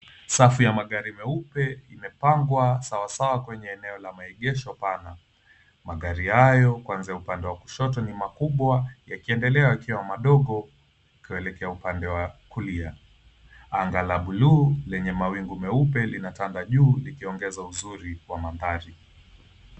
Safu ya magari meupe imepangwa sawasawa kwenye eneo la maegesho pana. Magari hayo kuanzia upande wa kushoto ni makubwa yakiendelea yakiwa madogo kuelekea upande wa kulia. Anga la buluu lenye mawingu meupe linatanda juu likiongeza uzuri wa mandhari.